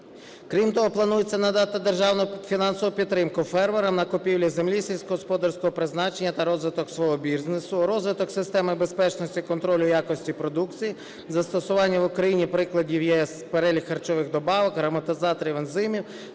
Крім того, планується надати державну фінансову підтримку фермерам на купівлю землі сільськогосподарського призначення та розвиток свого бізнесу, розвиток системи безпечності, контролю і якості продукції, застосування в Україні прикладів ЄС, перелік харчових добавок, ароматизаторів, ензимів,